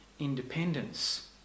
independence